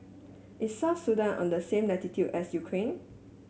is South Sudan on the same latitude as Ukraine